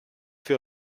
für